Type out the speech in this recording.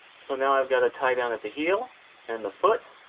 so now i've got a tie down at the heel and the foot.